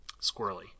squirrely